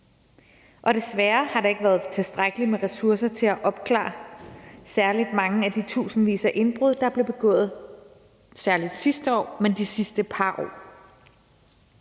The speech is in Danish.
og desværre har der ikke været tilstrækkeligt med ressourcer til at opklare særlig mange af de tusindvis af indbrud, der blev begået særlig sidste år, men også de sidste par år.